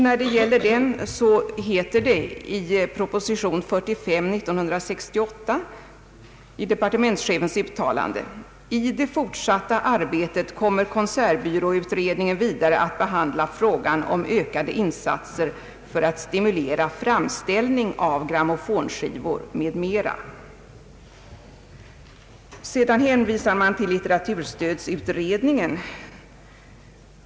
När det gäller den utredningen heter det i proposition nr 45 år 1968, i departementschefens uttalande: »I det fortsatta arbetet kommer konsertbyråutredningen vidare att behandla frågan om ökade insatser för att stimulera framställning av grammofonskivor m.m.» Vidare hänvisar utskottet till litteraturstödsutredningen.